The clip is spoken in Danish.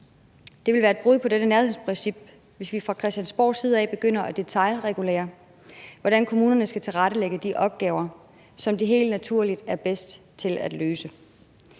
Det vil være et brud på dette nærhedsprincip, hvis vi fra Christiansborgs side begynder at detailregulere, hvordan kommunerne skal tilrettelægge de opgaver, som de helt naturligt er bedst til at løse.